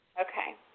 Okay